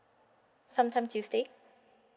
some time tuesday